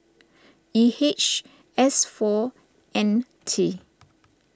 E H S four N T